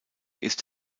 ist